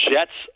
Jets